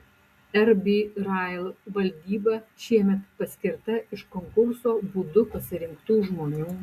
rb rail valdyba šiemet paskirta iš konkurso būdu pasirinktų žmonių